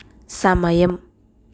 సమయం